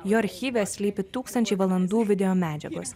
jo archyve slypi tūkstančiai valandų videomedžiagos